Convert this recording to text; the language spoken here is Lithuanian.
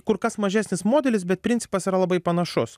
kur kas mažesnis modelis bet principas yra labai panašus